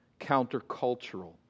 countercultural